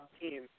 team